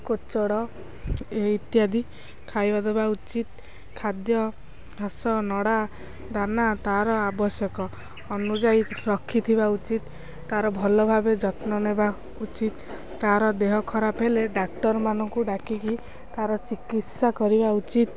କୋଚଡ଼ ଇତ୍ୟାଦି ଖାଇବା ଦେବା ଉଚିତ୍ ଖାଦ୍ୟ ଘାସ ନଡ଼ା ଦାନା ତା'ର ଆବଶ୍ୟକ ଅନୁଯାୟୀ ରଖିଥିବା ଉଚିତ୍ ତା'ର ଭଲ ଭାବେ ଯତ୍ନ ନେବା ଉଚିତ୍ ତା'ର ଦେହ ଖରାପ ହେଲେ ଡାକ୍ତରମାନଙ୍କୁ ଡାକିକି ତା'ର ଚିକିତ୍ସା କରିବା ଉଚିତ୍